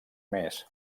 més